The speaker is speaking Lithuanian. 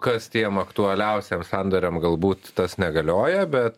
kas tiem aktualiausia sandoriam galbūt tas negalioja bet